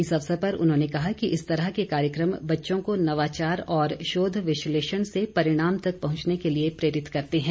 इस अवसर पर उन्होंने कहा कि इस तरह के कार्यक्रम बच्चों को नवाचार और शोध विश्लेषण से परिणाम तक पहुंचने के लिए प्रेरित करते हैं